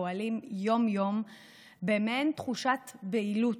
פועלים יום-יום במעין תחושת בהילות,